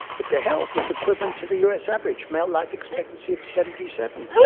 but their health is equivalent to the us average, male life expectancy of seventy seven,